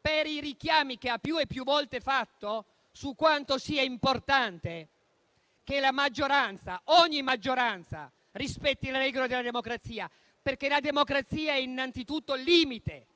per i richiami che ha più e più volte fatto su quanto sia importante che la maggioranza, ogni maggioranza, rispetti le regole della democrazia, perché la democrazia è innanzitutto limite